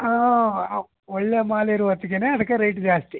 ಆಂ ಒಳ್ಳೆಯ ಮಾಲಿರೋ ಹೊತ್ತಿಗೆ ಅದಕ್ಕೆ ರೇಟ್ ಜಾಸ್ತಿ